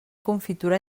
confitura